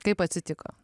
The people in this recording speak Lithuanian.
kaip atsitiko